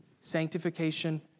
Sanctification